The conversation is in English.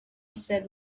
said